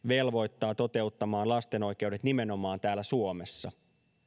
velvoittavat toteuttamaan lasten oikeudet nimenomaan täällä suomessa